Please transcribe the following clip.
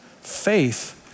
Faith